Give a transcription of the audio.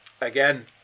Again